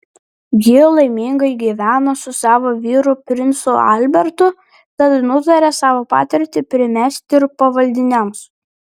ji laimingai gyveno su savo vyru princu albertu tad nutarė savo patirtį primesti ir pavaldiniams